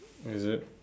is it